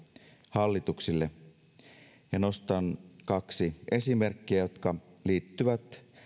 hallituksille nostan kaksi esimerkkiä jotka liittyvät